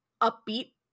upbeat